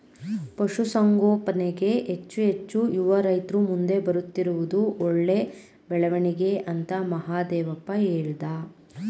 ಪಶುಸಂಗೋಪನೆಗೆ ಹೆಚ್ಚು ಹೆಚ್ಚು ಯುವ ರೈತ್ರು ಮುಂದೆ ಬರುತ್ತಿರುವುದು ಒಳ್ಳೆ ಬೆಳವಣಿಗೆ ಅಂತ ಮಹಾದೇವಪ್ಪ ಹೇಳ್ದ